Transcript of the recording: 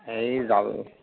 এই জাল